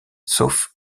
sauf